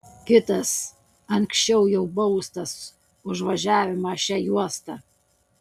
kitas anksčiau jau baustas už važiavimą šia juosta